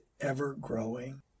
ever-growing